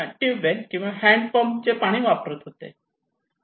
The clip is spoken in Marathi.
ट्यूबवेल किंवा हॅन्ड पंप चे पाणी वापरत होते